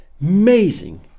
amazing